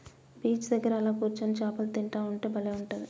beach దగ్గర అలా కూర్చొని చాపలు తింటా ఉంటే బలే ఉంటది